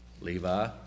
Levi